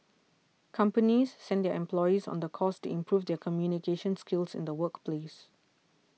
companies send their employees on the course to improve their communication skills in the workplace